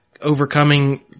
overcoming